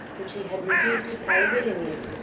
which he had refused to pay willingly.